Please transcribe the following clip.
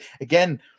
again